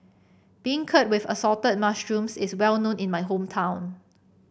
beancurd with Assorted Mushrooms is well known in my hometown